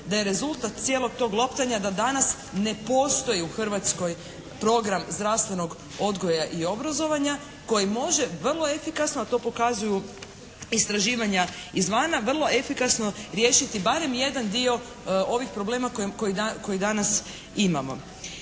da je rezultat cijelog tog loptanja da danas ne postoji u Hrvatskoj Program zdravstvenog odgoja i obrazovanja koji može vrlo efikasno a to pokazuju istraživanja izvana, vrlo efikasno riješiti barem jedan dio ovih problema koji danas imamo.